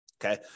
Okay